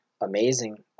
amazing